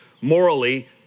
morally